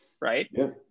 Right